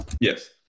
Yes